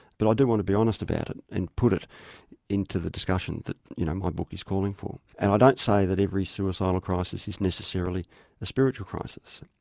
but i do want to be honest about it and put it into the discussion that you know my book is calling for. and i don't say that every suicidal crisis is necessarily a spiritual crisis,